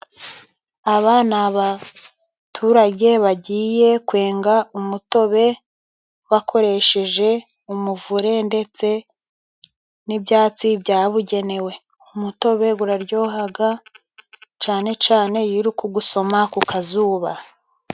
Aba ni abaturage bagiye kwenga umutobe, bakoresheje umuvure ndetse n'ibyatsi byabugenewe, umutobe uraryoha cyane cyane iyo uri kuwusoma ku kazuba.